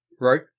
Right